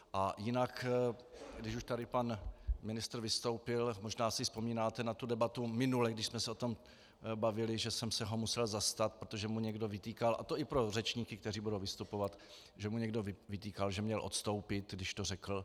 A jinak, když už tady pan ministr vystoupil možná si vzpomínáte na debatu minule, když jsme se o tom bavili, že jsem se ho musel zastat, protože mu někdo vytýkal, a to i pro řečníky, kteří budou vystupovat, že mu někdo vytýkal, že měl odstoupit, když to řekl.